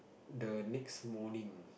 the next morning